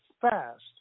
fast